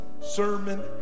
sermon